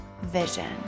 vision